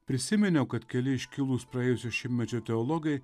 prisiminiau kad keli iškilūs praėjusio šimtmečio teologai